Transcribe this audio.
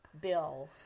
Bill